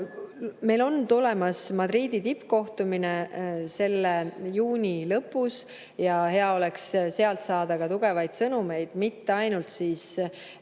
Meil on tulemas Madridi tippkohtumine juuni lõpus ja hea oleks sealt saada ka tugevaid sõnumeid mitte ainult Soome